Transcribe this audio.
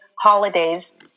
holidays